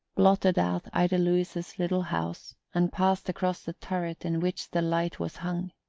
blotted out ida lewis's little house, and passed across the turret in which the light was hung.